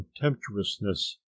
contemptuousness